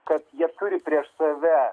kad jie turi prieš save